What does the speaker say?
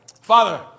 Father